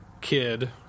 kid